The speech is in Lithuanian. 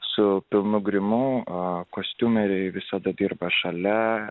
su pilnu grimu o kostiumėliui visada dirba šalia